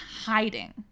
hiding